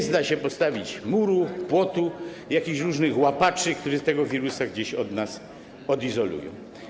Nie da się postawić muru, płotu, jakichś różnych łapaczy, które tego wirusa gdzieś od nas odizolują.